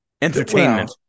Entertainment